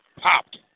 popped